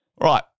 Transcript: Right